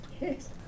yes